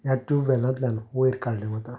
ह्या ट्यूब वॅलांतल्यान वयर काडलें वता